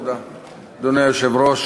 אדוני היושב-ראש,